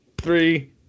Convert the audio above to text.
three